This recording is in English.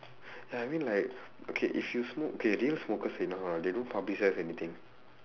ya I mean like okay if you smoke okay you know smokers you know how or not they don't publicise anything